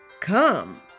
come